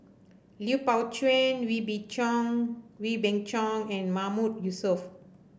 Lui Pao Chuen Wee B Chong Wee Beng Chong and Mahmood Yusof